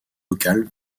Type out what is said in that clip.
locales